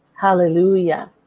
Hallelujah